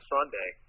Sunday